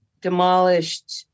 demolished